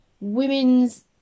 women's